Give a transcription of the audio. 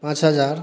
पाँच हज़ार